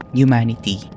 humanity